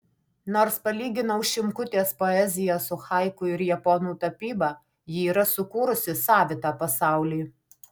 nors palyginau šimkutės poeziją su haiku ir japonų tapyba ji yra sukūrusi savitą pasaulį